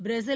Brazil